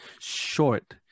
short